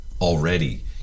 already